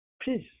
Peace